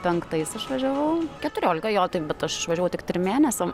penktais išvažiavau keturiolika jo taip bet aš išvažiavau tik trim mėnesiam